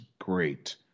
great